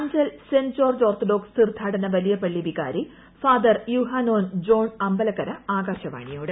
Anchal saint George Orthodox തീർത്ഥാടന വലിയ പള്ളി വികാരി ഫാദർ യുഹാനോൻ ജോൺ അമ്പലക്കര ആകാശവാണിയോട്